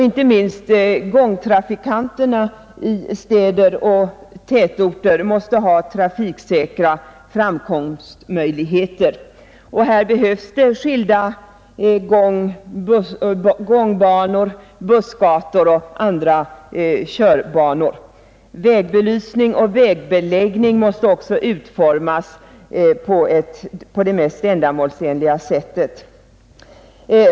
Inte minst gångtrafikanterna i städer och tätorter måste ha trafiksäkra framkomstmöjligheter. Här behövs skilda gångbanor, körbanor och bussgator. Vägbelysning och vägbeläggning måste utformas på det mest ändamålsenliga sättet.